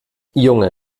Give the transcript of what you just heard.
junge